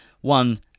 One